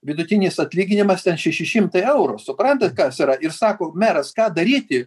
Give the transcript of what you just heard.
vidutinis atlyginimas šeši šimtai eurų supranta kas yra ir sako meras ką daryti